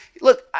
Look